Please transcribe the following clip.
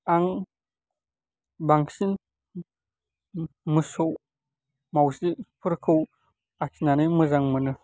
आं बांसिन मोसौ माउजिफोरखौ आखिनानै मोजां मोनो